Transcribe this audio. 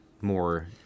more